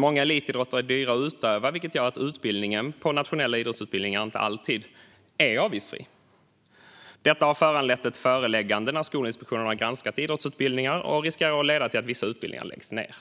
Många elitidrotter är dock dyra att utöva, vilket gör att utbildningen på nationella idrottsutbildningar inte alltid är avgiftsfri. Detta har föranlett förelägganden när Skolinspektionen har granskat idrottsutbildningar och riskerar att leda till att vissa utbildningar läggs ned.